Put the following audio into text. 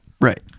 Right